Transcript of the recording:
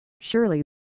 Surely